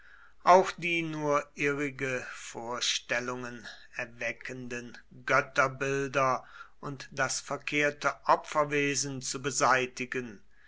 auch die nur irrige vorstellungen erweckenden götterbilder und das verkehrte opferwesen zu beseitigen